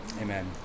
amen